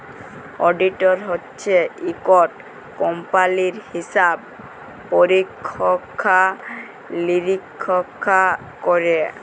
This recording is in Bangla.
অডিটর হছে ইকট কম্পালির হিসাব পরিখ্খা লিরিখ্খা ক্যরে